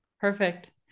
Perfect